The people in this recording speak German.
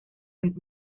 und